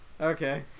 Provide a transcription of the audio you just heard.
Okay